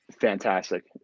Fantastic